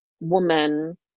woman